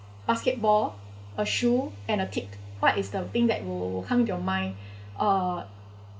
basketball a shoe and a tick what is the thing that will come to your mind uh